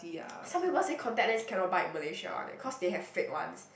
some people said contact lens cannot buy in Malaysia one eh cause they have fake ones